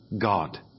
God